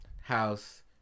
house